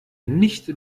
nicht